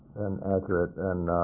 and accurate, and